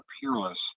Peerless